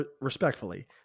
respectfully